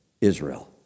Israel